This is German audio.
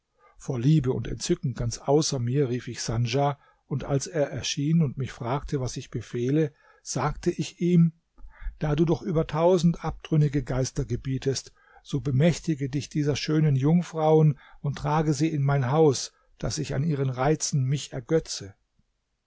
vor liebe und entzücken ganz außer mir rief ich sandja und als er erschien und mich fragte was ich befehle sagte ich ihm da du doch über tausend abtrünnige geister gebietest so bemächtige dich dieser schönen jungfrauen und trage sie in mein haus daß ich an ihren reizen mich ergötze